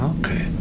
Okay